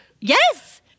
Yes